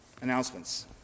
Announcements